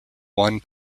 one